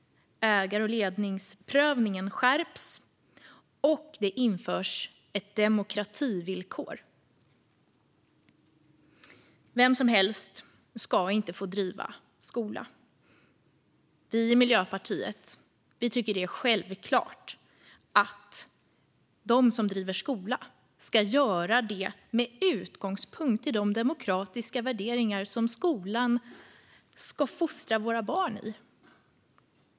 Ägar och ledningsprövningen skärps, och det införs ett demokrativillkor. Vem som helst ska inte få driva skola. Vi i Miljöpartiet tycker att det är självklart att den som driver skola ska göra det med utgångspunkt i de demokratiska värderingar som skolan ska fostra våra barn i.